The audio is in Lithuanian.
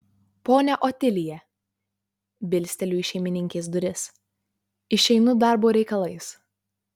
ponia otilija bilsteliu į šeimininkės duris išeinu darbo reikalais